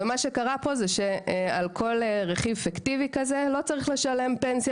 ומה שקרה פה זה שעל כל רכיב פיקטיבי לא צריך לשלם פנסיה